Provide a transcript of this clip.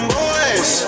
boys